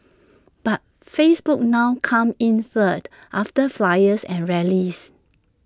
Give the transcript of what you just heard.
but Facebook now comes in third after flyers and rallies